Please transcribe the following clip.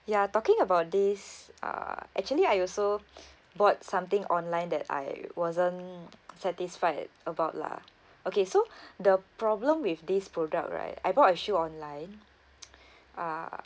ya talking about this uh actually I also bought something online that I wasn't satisfied about lah okay so the problem with this product right I bought a shoe online uh